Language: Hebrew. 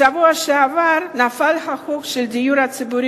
בשבוע שעבר נפל החוק של הדיור הציבורי